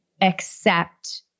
accept